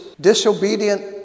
disobedient